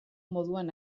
moduan